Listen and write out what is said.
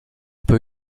peut